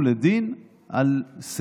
אם הממשלה